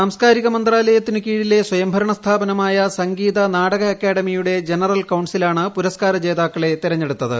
സാംസ്കാരിക മന്ത്രാലയത്തിനു കീഴിലെ സ്വയംഭരണ സംഗീത നാടക അക്കാഡമിയുടെ സ്ഥാപനമായ ജനറൽ കൌൺസിലാണ് പൂരസ്കാര ജേതാക്കളെ തെരഞ്ഞെടുത്തത്